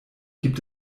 gibt